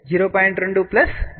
2 j 0